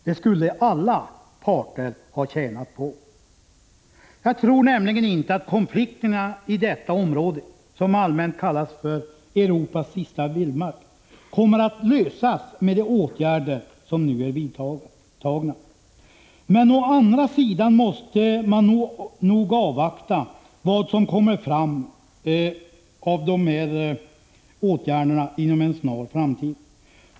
Det skulle alla parter ha tjänat på. Jag tror inte att konflikterna i detta område, som allmänt kallas för Europas sista vildmark, kommer att lösas med de åtgärder som nu är vidtagna. Men å andra sidan måste vi avvakta vad som inom en snar framtid blir resultatet av de här åtgärderna.